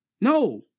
No